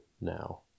now